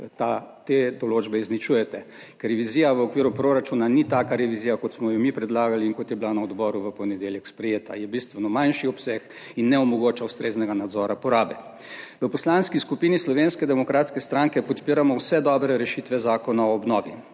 te določbe izničujete, ker revizija v okviru proračuna ni taka revizija, kot smo jo mi predlagali in kot je bila na odboru v ponedeljek sprejeta, je bistveno manjši obseg in ne omogoča ustreznega nadzora porabe. V Poslanski skupini Slovenske demokratske stranke podpiramo vse dobre rešitve zakona o obnovi,